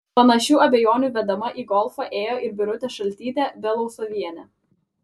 panašių abejonių vedama į golfą ėjo ir birutė šaltytė belousovienė